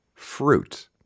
Fruit